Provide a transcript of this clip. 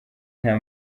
nta